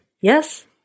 Yes